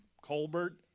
Colbert